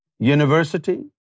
University